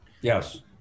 Yes